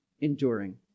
enduring